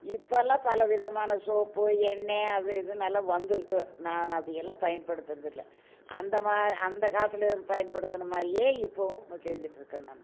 இப்போ எல்லாம் பலவிதமான சோப்பு எண்ணெய் அது இது நல்லா வந்திருக்கு நான் அதுயெல்லாம் பயன்படுத்துவது இல்லை அந்த மா அந்த காலத்தில் பயன்படுத்தின மாதிரியே இப்போவும் செஞ்சுட்ருக்கேன் நான்